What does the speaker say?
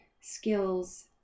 skills